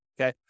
Okay